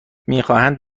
میخواهند